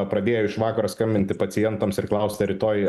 pradėjo iš vakaro skambinti pacientams ir klaust ar rytoj